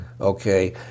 Okay